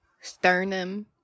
sternum